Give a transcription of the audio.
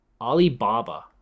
Alibaba